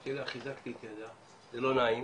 ניגשתי אליה חיזקתי את ידה, זה לא נעים.